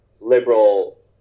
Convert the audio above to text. liberal